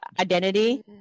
identity